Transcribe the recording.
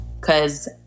Cause